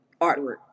artwork